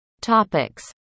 topics